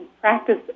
practice